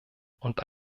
und